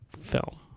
film